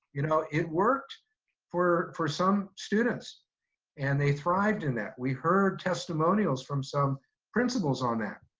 you know it worked for for some students and they thrived in that. we heard testimonials from some principals on that.